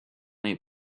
their